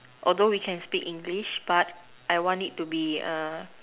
although we can speak English but I want it to be err